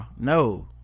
no